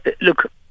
Look